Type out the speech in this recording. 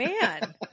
man